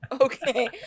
okay